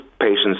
patients